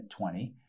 20